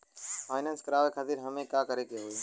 Finance करावे खातिर हमें का करे के होई?